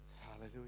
Hallelujah